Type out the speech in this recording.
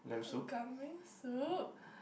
and kambing soup